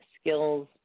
skills